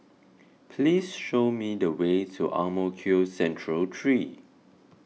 please show me the way to Ang Mo Kio Central three